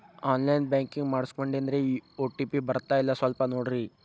on line banking ಮಾಡಿಸ್ಕೊಂಡೇನ್ರಿ OTP ಬರ್ತಾಯಿಲ್ಲ ಸ್ವಲ್ಪ ನೋಡ್ರಿ